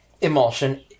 emulsion